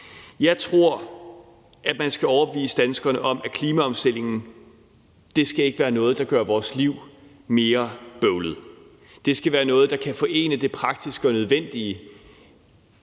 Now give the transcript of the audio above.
Jeg tror, at man skal overbevise danskerne om, at klimaomstillingen ikke skal være noget, der gør vores liv mere bøvlet, men at det skal være noget, der kan forene det praktiske og det nødvendige,